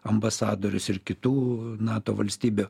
ambasadorius ir kitų nato valstybių